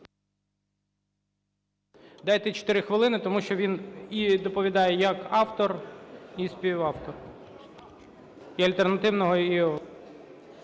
Дайте 4 хвилини, тому що він і доповідає як автор і співавтор і альтернативного, і...